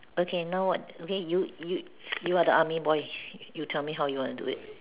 okay now what okay you you you're the army boy you tell me how you wanna do it